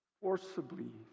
Forcibly